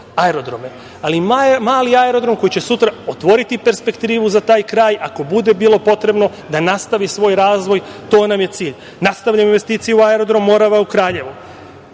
aerodrome, ali mali aerodrom koji će sutra otvoriti perspektivu za taj kraj ako bude bilo potrebno da nastavi svoj razvoj to nam je cilj. Nastavljamo investicije u aerodrom „Morava“ u Kraljevu.